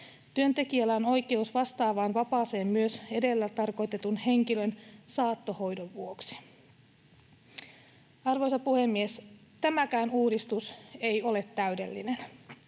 Työntekijällä on oikeus vastaavaan vapaaseen myös edellä tarkoitetun henkilön saattohoidon vuoksi. Arvoisa puhemies! Tämäkään uudistus ei ole täydellinen.